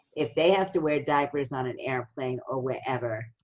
if they have to wear diapers on an airplane or wherever,